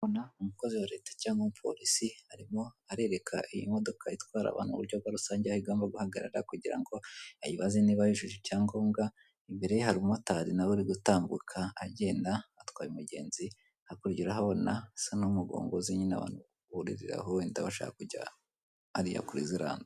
Umukozi wa leta cyangwa umupolisi arimo arereka iyi modoka itwara abantu uburyo bwa rusange aho igomba guhagarara kugira ngo ayibaze niba yujuje icyangombwa, imbere ye hari umumotari nawe uri gutambuka agenda atwaye umugenzi, hakurya urahobona asa n'umugunguzi nyine abantu buririraho wenda bashaka kujya hariya kuri ziriya nzu.